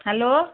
hello